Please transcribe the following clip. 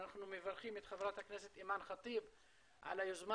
אנחנו מברכים את חברת הכנסת אימאן ח'טיב על היוזמה